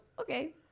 okay